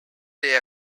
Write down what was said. they